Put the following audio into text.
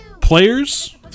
Players